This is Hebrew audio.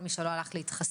כל מי שלא הלך להתחסן